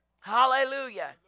Hallelujah